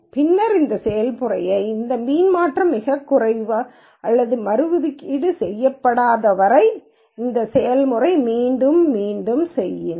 பின்னர் இந்த செயல்முறையை மீன் மாற்றம் மிகக் குறைவு அல்லது மறு ஒதுக்கீடு செய்யப்படாத வரை இந்த செயல்முறையைச் மீண்டும் மீண்டும் செய்யுங்கள்